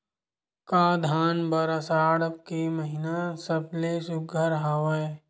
का धान बर आषाढ़ के महिना सबले सुघ्घर हवय?